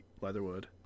Leatherwood